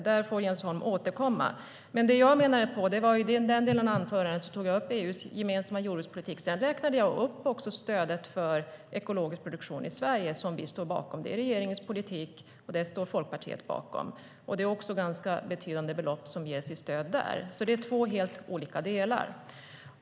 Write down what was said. Där får Jens Holm återkomma. Förutom EU:s gemensamma jordbrukspolitik tog jag också upp stödet för ekologisk produktion i Sverige, som vi står bakom. Det är regeringens politik, och den står Folkpartiet bakom. Det är också ganska betydande belopp som ges i stöd där. Det är alltså två helt olika delar.